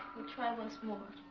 i'll try once more